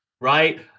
right